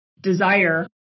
desire